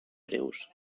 breus